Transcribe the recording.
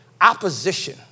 opposition